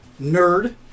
nerd